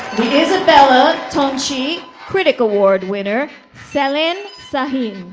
the isabella tonchi critic award winner sellin sahin.